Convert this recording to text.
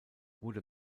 wurde